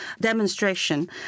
demonstration